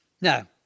Now